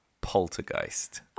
Poltergeist